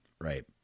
Right